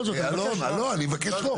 אלון, לא, אני מבקש לא.